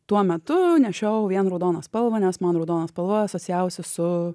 tuo metu nešiojau vien raudoną spalvą nes man raudona spalva asocijavosi su